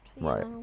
Right